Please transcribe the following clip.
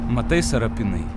matai sarapinai